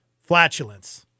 flatulence